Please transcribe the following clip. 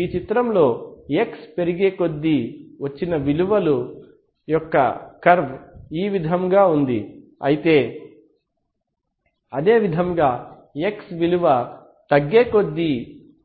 ఈ చిత్రంలో X పెరిగేకొద్దీ వచ్చిన విలువల యొక్క కర్వ్ ఈ విధముగా ఉన్నది అదే విధముగా X విలువ తగ్గే కొద్దీ